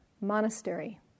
monastery